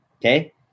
okay